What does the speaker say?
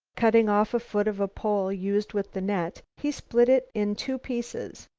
cutting off a foot of a pole used with the net, he split it in two pieces.